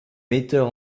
metteur